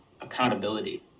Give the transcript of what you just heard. accountability